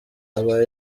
aba